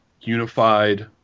unified